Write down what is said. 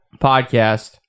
Podcast